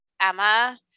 Emma